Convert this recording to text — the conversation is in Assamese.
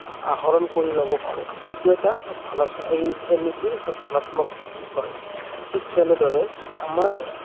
আহৰণ কৰি ল'ব পাৰো সেইটো এটা ধণাত এই এন ই পিৰ এটা ধনাত্মক বিষয় ঠিক তেনেদৰে আমাৰ